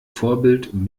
vorbild